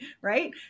right